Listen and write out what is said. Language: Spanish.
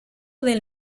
del